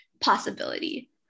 possibility